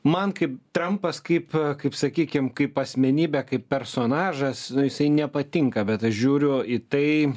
man kaip trampas kaip kaip sakykim kaip asmenybė kaip personažas nu jisai nepatinka bet aš žiūriu į tai